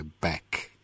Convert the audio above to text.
back